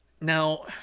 Now